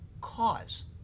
cause